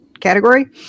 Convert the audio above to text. category